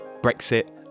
Brexit